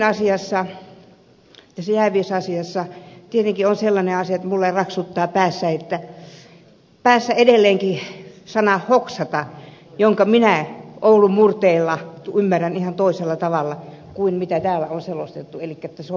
tässä jääviysasiassakin tietenkin on sellainen asia että minulla raksuttaa päässä edelleenkin sana hoksata jonka minä oulun murteella ymmärrän ihan toisella tavalla kuin täällä on selostettu elikkä että se on mieltää